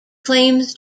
claims